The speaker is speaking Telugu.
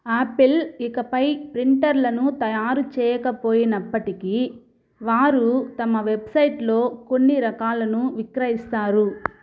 ఆపిల్ ఇకపై ప్రింటర్లను తయారు చేయకపోయినప్పటికీ వారు తమ వెబ్సైట్లో కొన్ని రకాలను విక్రయిస్తారు